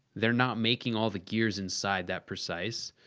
they're not making all the gears inside that precise.